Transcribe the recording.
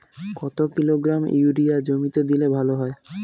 কত kilogram urea জমিতে দিলে ভালো হয়?